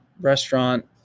restaurant